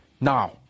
Now